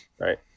Right